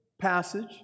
passage